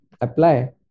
apply